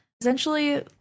essentially